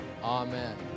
amen